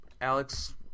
Alex